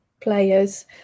players